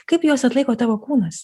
kaip juos atlaiko tavo kūnas